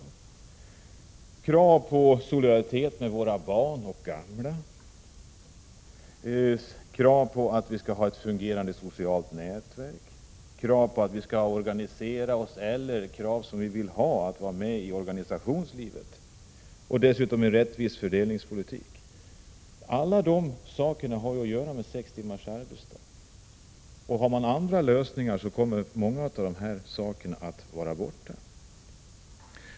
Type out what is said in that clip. Vidare finns krav på solidaritet med våra barn och gamla, ett fungerande socialt nätverk och kravet på att vi skall organisera oss och vara medi organisationslivet. Dessutom finns kravet på en rättvis fördelningspolitik. Alla dessa saker har att göra med sex timmars arbetsdag. Har man andra lösningar kommer många av dessa krav aldrig att kunna tillgodoses.